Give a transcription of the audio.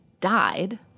died